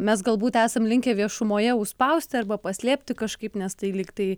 mes galbūt esam linkę viešumoje užspausti arba paslėpti kažkaip nes tai lyg tai